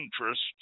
interests